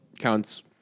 counts